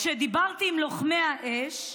כשדיברתי עם לוחמי האש,